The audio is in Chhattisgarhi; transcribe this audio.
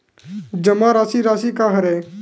जमा राशि राशि का हरय?